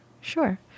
sure